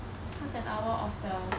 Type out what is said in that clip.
half an hour of the